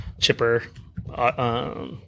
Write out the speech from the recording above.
Chipper